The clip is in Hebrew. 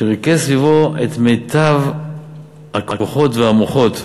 שריכז סביבו את מיטב הכוחות והמוחות,